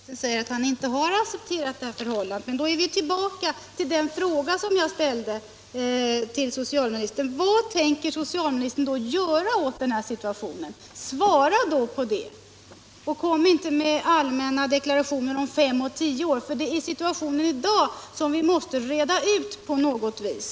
Herr talman! Socialministern säger att han inte har accepterat detta förhållande. Men då är vi tillbaka vid den fråga som jag ställde till socialministern: Vad tänker socialministern göra åt den här situationen? Svara då på det, och kom inte med allmänna deklarationer om fem och tio år! Det är situationen i dag som vi måste reda ut på något vis.